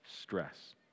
stress